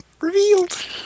Revealed